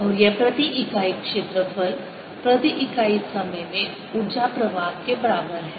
और यह प्रति इकाई क्षेत्रफल प्रति इकाई समय में ऊर्जा प्रवाह के बराबर है